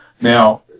Now